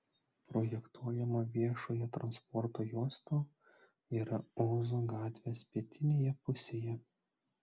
projektuojama viešojo transporto juosta yra ozo gatvės pietinėje pusėje